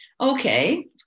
Okay